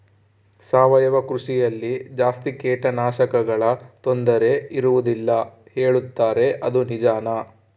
ಸಾವಯವ ಕೃಷಿಯಲ್ಲಿ ಜಾಸ್ತಿ ಕೇಟನಾಶಕಗಳ ತೊಂದರೆ ಇರುವದಿಲ್ಲ ಹೇಳುತ್ತಾರೆ ಅದು ನಿಜಾನಾ?